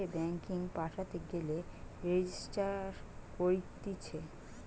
ইন্টারনেটে ব্যাঙ্কিং পাঠাতে গেলে রেজিস্টার করতিছে